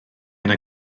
yna